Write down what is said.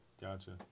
Gotcha